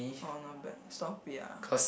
orh not bad stop it ah